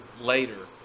later